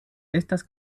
estas